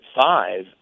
five